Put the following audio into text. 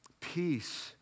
peace